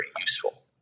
useful